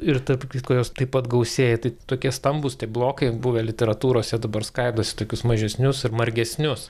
ir tarp kitko jos taip pat gausėja tai tokie stambūs tie blokai buvę literatūrose dabar skaidosi į tokius mažesnius ir margesnius